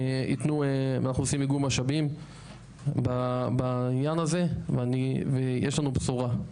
ואנחנו עושים איגום משאבים בעניין הזה ויש לנו בשורה.